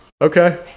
okay